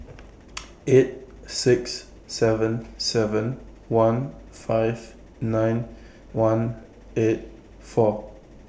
eight six seven seven one five nine one eight four